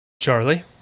Charlie